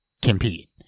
compete